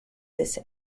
this